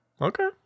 Okay